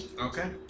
Okay